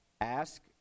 Ask